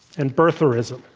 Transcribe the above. and birtherism.